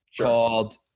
called